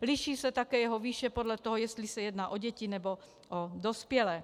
Liší se také jeho výše podle toho, jestli se jedná o děti, nebo o dospělé.